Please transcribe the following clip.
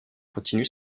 continue